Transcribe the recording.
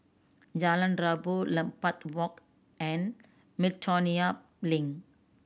Jalan Rabu Lambeth Walk and Miltonia Link